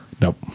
Nope